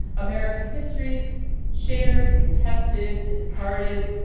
american histories, shared, contested, discarded,